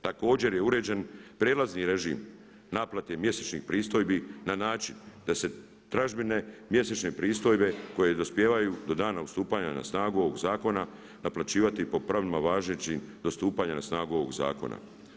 Također je uređen prijelazni režim naplate mjesečnih pristojbi na način da se tražbine, mjesečne pristojbe koje dospijevaju do dana stupanja na snagu ovoga zakona naplaćivati po pravima važećim do stupanja na snagu ovoga zakona.